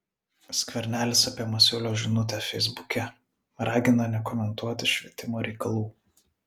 skvernelis apie masiulio žinutę feisbuke ragina nekomentuoti švietimo reikalų